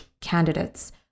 candidates